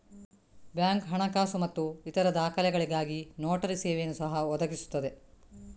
bank ಹಣಕಾಸು ಮತ್ತು ಇತರ ದಾಖಲೆಗಳಿಗಾಗಿ ನೋಟರಿ ಸೇವೆಯನ್ನು ಸಹ ಒದಗಿಸುತ್ತದೆ